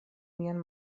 mian